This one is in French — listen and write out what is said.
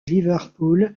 liverpool